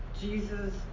Jesus